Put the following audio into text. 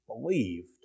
believed